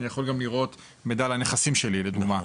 אני יכול גם לראות מידע על הנכסים שלי לדוגמה.